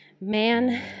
man